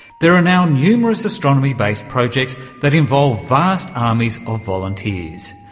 there are now numerous astronomy-based projects that involve vast armies of volunteers.